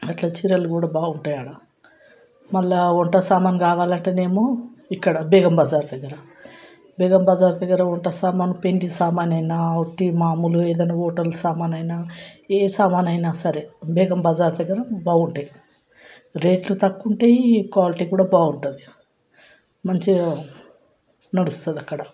అట్లా చీరలు కూడా బాగుంటాయాడ మళ్ళా వంట సామాను కావాలంటే నేమో ఇక్కడ బేగం బజార్ దగ్గర బేగం బజార్ దగ్గర వంట సామాను పెంటి సామాను అయినా ఒట్టి మామూలు హోటల్ సామాను అయినా ఏ సామాను అయినా సరే బేగం బజార్ దగ్గర బాగుంటాయి రేట్లు తక్కువ ఉంటాయి క్వాలిటీ కూడా బాగుంటుంది మంచిగా నడుస్తుంది అక్కడ